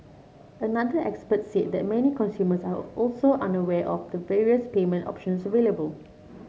another expert said that many consumers are also unaware of the various payment options available